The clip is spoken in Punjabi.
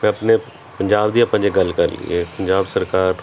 ਮੈਂ ਆਪਣੇ ਪੰਜਾਬ ਦੀ ਆਪਾਂ ਜੇ ਗੱਲ ਕਰ ਲਈਏ ਪੰਜਾਬ ਸਰਕਾਰ